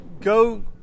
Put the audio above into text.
go